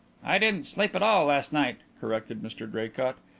i didn't sleep at all last night, corrected mr draycott.